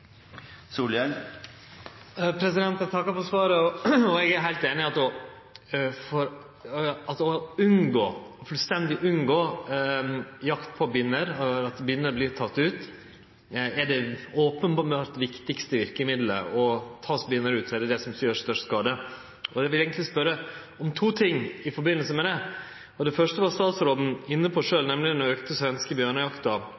Eg takkar for svaret. Eg er heilt einig i at fullstendig å unngå jakt på binner, at binner vert tekne ut, er openbert det viktigaste verkemiddelet, og vert binner tekne ut, er det det som gjer størst skade. Eg vil eigentleg spørje om to ting i den samanhengen. For det første var statsråden sjølv inne på den auka svenske bjørnejakta, og det første spørsmålet er om statsråden har teke eit initiativ overfor svenske myndigheiter med tanke på